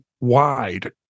wide